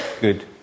good